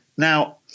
Now